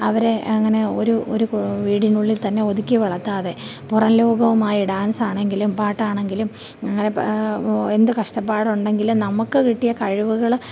അവരെ അങ്ങനെ ഒരു ഒരു വീടിനുള്ളിൽ തന്നെ ഒതുക്കി വളർത്താതെ പുറം ലോകവുമായി ഡാൻസാണെങ്കിലും പാട്ടാണെങ്കിലും എന്ത് കഷ്ടപ്പാടുണ്ടെങ്കിലും നമ്മള്ക്ക് കിട്ടിയ കഴിവുകള്